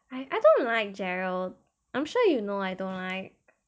I I don't like gerald I'm sure you know I don't like